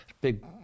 big